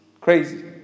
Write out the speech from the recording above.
crazy